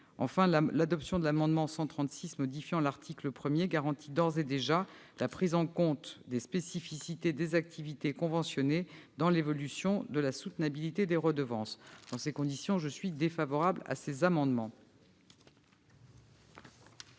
Enfin l'adoption de l'amendement n° 136 rectifié modifiant l'article 1 garantit d'ores et déjà la prise en compte des spécificités des activités conventionnées dans l'évolution de la soutenabilité des redevances. Je suis donc défavorable aux amendements